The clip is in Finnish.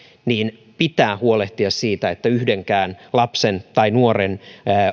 pitää huolehtia siitä että yhdenkään lapsen tai nuoren